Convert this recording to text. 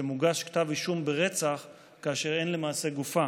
שמוגש כתב אישום ברצח כאשר למעשה אין גופה,